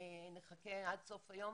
נחכה עד סוף היום,